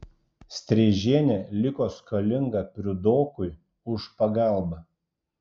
streižienė liko skolinga priudokui už pagalbą